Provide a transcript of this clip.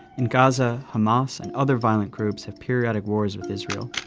in gaza, hamas and other violent groups have periodic wars with israel.